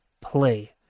play